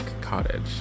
cottage